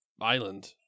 island